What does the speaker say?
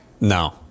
No